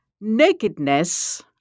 Nakedness